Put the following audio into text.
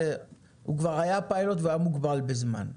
כבר היה פיילוט, והוא היה מוגבל בזמן.